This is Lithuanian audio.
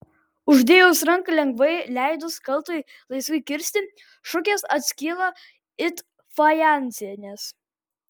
uždėjus ranką lengvai leidus kaltui laisvai kirsti šukės atskyla it fajansinės